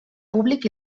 públic